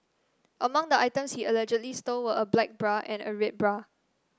among the items he allegedly stole were a black bra and a red bra